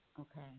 Okay